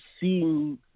seeing